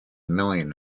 million